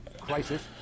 crisis